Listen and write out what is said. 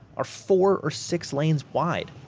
are four or six lanes wide.